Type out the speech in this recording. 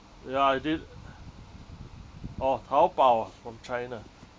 ya I did oh taobao ah from china